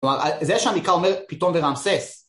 כלומר, זה שהמקרא אומרת פיתום ורעמסס.